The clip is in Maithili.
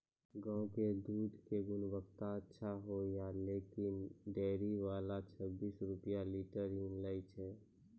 गांव के दूध के गुणवत्ता अच्छा होय या लेकिन डेयरी वाला छब्बीस रुपिया लीटर ही लेय छै?